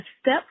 step